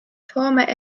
soome